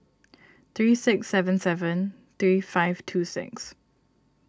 three six seven seven three five two six